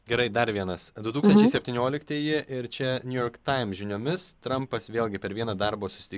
gerai dar vienas du tūkstančiai septynioliktieji ir čia new york times žiniomis trampas vėlgi per vieną darbo susitikimą